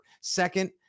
Second